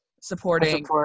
supporting